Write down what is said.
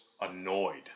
annoyed